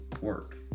work